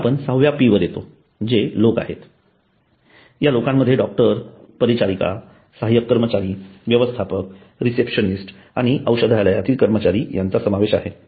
मग आपण 6व्या P वर येतो जे लोक आहेत या लोकांमध्ये डॉक्टर परिचारिका सहाय्यक कर्मचारी व्यवस्थापक रिसेप्शनिस्ट आणि औषधालयातील कर्मचारी यांचा समावेश आहे